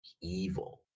evil